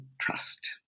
trust